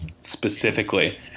specifically